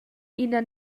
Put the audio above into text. ina